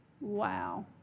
wow